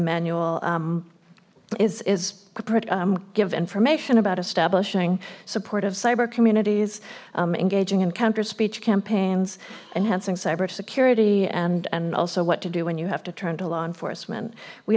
manual is is give information about establishing supportive cyber communities engaging encounter speech campaigns enhancing cybersecurity and and also what to do when you have to turn to law enforcement we